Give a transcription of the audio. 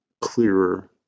clearer